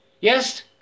yes